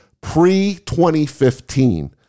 pre-2015